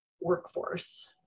workforce